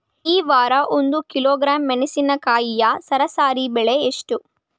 ಈ ವಾರ ಒಂದು ಕಿಲೋಗ್ರಾಂ ಮೆಣಸಿನಕಾಯಿಯ ಸರಾಸರಿ ಬೆಲೆ ಎಷ್ಟು?